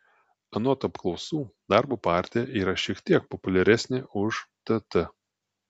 anot apklausų darbo partija yra šiek tiek populiaresnė už tt